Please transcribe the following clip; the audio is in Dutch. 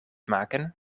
maken